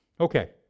Okay